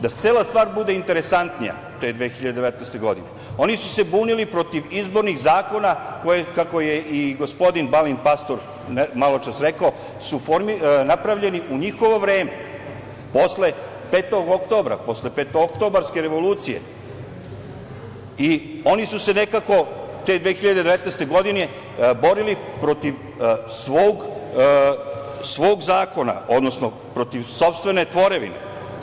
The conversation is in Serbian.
Da cela stvar bude interesantnija te 2019. godine, oni su se bunili protiv izbornih zakona, kako je i gospodin Balint Pastor maločas rekao, koji su napravljeni u njihovo vreme, posle 5. oktobra, posle petookobarske revolucije, i oni su se nekako 2019. godine borili protiv svog zakona, odnosno protiv sopstvene tvorevine.